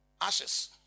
Ashes